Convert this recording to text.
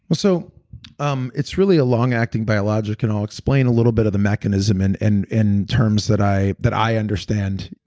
but so um it's really a long acting biologic and i'll explain a little bit of the mechanism and and in terms that i that i understand.